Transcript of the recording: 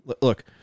look